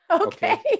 Okay